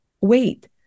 wait